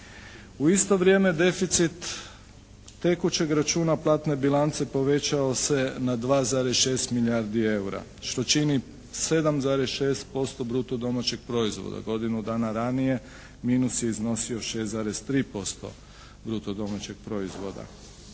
U isto vrijeme deficit tekućeg računa platne bilance povećao se na 2,6 milijardi eura što čini 7,6% bruto domaćeg proizvoda. Godinu dana ranije minus je iznosio 6,3% bruto domaćeg proizvoda